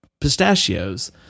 pistachios